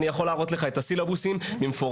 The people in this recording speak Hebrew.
אני יכול להראות לך את הסילבוסים במפורט.